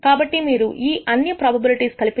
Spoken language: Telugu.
కాబట్టి మీరు ఈ అన్ని ప్రొబబిలిటీస్ కలిపితే